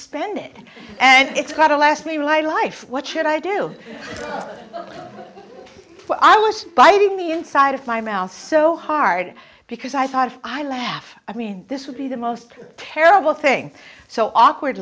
spend it and it's got to last me my life what should i do where i was biting the inside of my mouse so hard because i thought i laugh i mean this would be the most terrible thing so awkward